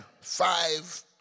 five